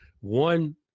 One